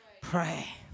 pray